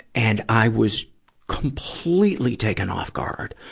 and i was completely taken off guard.